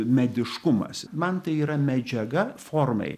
mediškumas man tai yra medžiaga formai